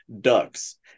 ducks